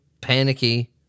panicky